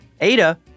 Ada